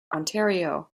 ontario